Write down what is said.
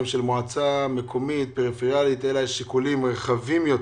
של מועצה מקומית פריפריאלית אלא שיקולים רחבים יותר.